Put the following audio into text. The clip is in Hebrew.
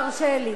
תרשה לי.